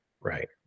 Right